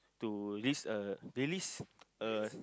to lease a release a